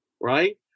right